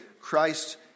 Christ